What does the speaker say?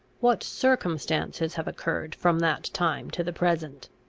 what circumstances have occurred from that time to the present?